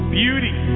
beauty